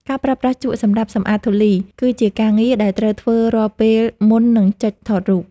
ការប្រើប្រាស់ជក់សម្រាប់សម្អាតធូលីគឺជាការងារដែលត្រូវធ្វើរាល់ពេលមុននឹងចុចថតរូប។